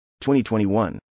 2021